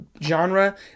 genre